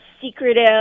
secretive